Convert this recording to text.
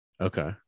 Okay